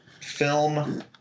film